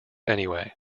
anyway